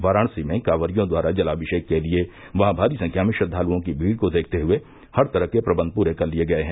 वाराणसी में कांवरियों द्वारा जलाभिषेक के लिये वहां भारी संख्या में श्रद्वालुओं की भीड़ को देखते हुये हर तरह के प्रबंध पूरे कर लिये गये हैं